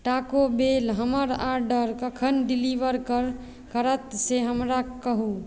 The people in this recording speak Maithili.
टाको बेल हमर ऑर्डर कखन डिलीवर कर करत से हमरा कहू